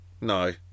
No